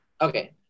Okay